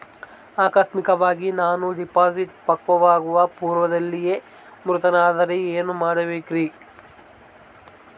ಆಕಸ್ಮಿಕವಾಗಿ ನಾನು ಡಿಪಾಸಿಟ್ ಪಕ್ವವಾಗುವ ಪೂರ್ವದಲ್ಲಿಯೇ ಮೃತನಾದರೆ ಏನು ಮಾಡಬೇಕ್ರಿ?